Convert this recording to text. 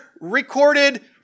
recorded